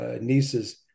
nieces